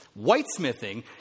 Whitesmithing